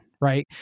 right